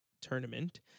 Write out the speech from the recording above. tournament